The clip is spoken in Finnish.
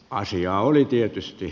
asiaa oli tietysti